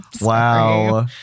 wow